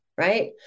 Right